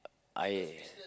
I